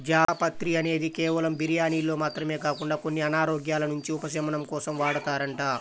జాపత్రి అనేది కేవలం బిర్యానీల్లో మాత్రమే కాకుండా కొన్ని అనారోగ్యాల నుంచి ఉపశమనం కోసం వాడతారంట